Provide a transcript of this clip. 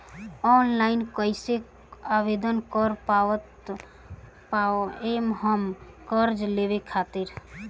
Online कइसे आवेदन कर पाएम हम कर्जा लेवे खातिर?